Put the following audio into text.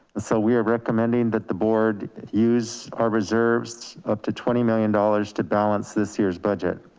so we are recommending that the board use our reserves up to twenty million dollars to balance this year's budget.